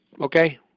okay